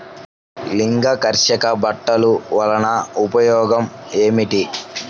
లింగాకర్షక బుట్టలు వలన ఉపయోగం ఏమిటి?